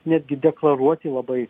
netgi deklaruoti labai